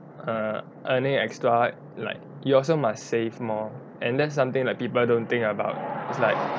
err earning extra like you also must save more and that's something that people don't think about it's like